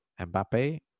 Mbappe